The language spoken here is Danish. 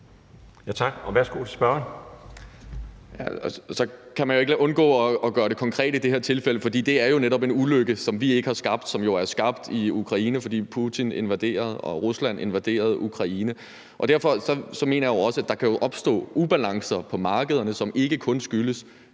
Tak. Værsgo til spørgeren.